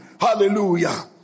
Hallelujah